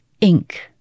ink